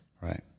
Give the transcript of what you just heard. Right